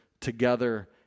together